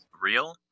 real